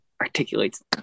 articulates